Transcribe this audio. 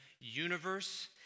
universe